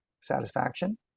satisfaction